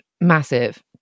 massive